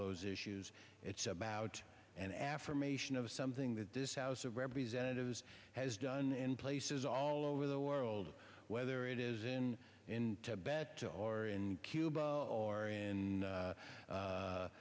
those issues it's about an affirmation of something that this house of representatives has done in places all over the world whether it is in tibet or in cuba or in